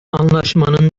anlaşmanın